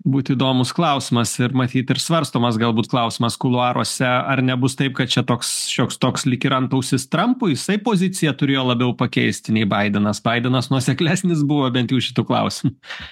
būt įdomus klausimas ir matyt ir svarstomas galbūt klausimas kuluaruose ar nebus taip kad čia toks šioks toks lyg ir antausis trampui jisai poziciją turėjo labiau pakeisti nei baidenas baidenas nuoseklesnis buvo bent jau šitu klausimu